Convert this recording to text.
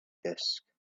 disk